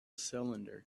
cylinder